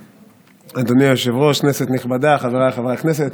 אדוני היושב-ראש, כנסת נכבדה, חבריי חברי הכנסת,